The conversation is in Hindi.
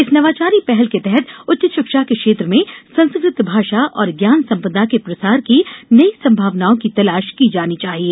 इस नवाचारी पहल के तहत उच्च शिक्षा के क्षेत्र में संस्कृत भाषा और ज्ञान सम्पदा के प्रसार की नई संभावनाओं की तलाश की जानी चाहिए